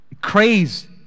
craze